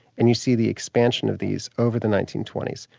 and you see the expansion of these over the nineteen twenty s.